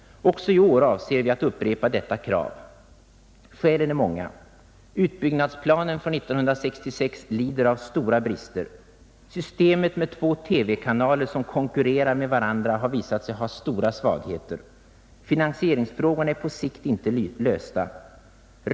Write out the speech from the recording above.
Vi avser att i år upprepa detta krav. Skälen är många. Utbyggnadsplanen från 1966 lider av stora brister. Systemet med två TV-kanaler som konkurrerar med varandra har visat sig ha stora svagheter. Finansieringsfrågorna är på sikt inte lösta.